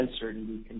uncertainty